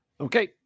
Okay